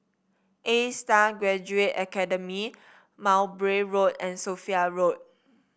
A Star Graduate Academy Mowbray Road and Sophia Road